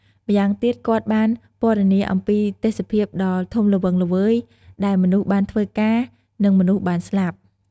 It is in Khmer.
ម្យ៉ាងទៀតគាត់បានពណ៌នាអំពីទេសភាពដ៏ធំល្វឹងល្វើយដែលមនុស្សបានធ្វើការ និងមនុស្សបានស្លាប់។